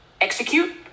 execute